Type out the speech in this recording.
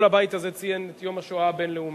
הבית הזה ציין את יום השואה הבין-לאומי,